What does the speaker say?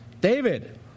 David